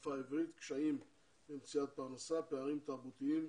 בשפה העברית, קשיים במציאת פרנסה, פערים תרבותיים,